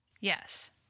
Yes